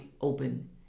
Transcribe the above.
open